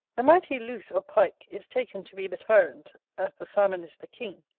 the mighty luce or pike is taken to be the tyrant, as the salmon is the king,